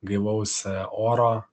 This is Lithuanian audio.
gaivaus oro